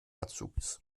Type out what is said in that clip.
azubis